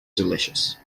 delicious